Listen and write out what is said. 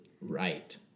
right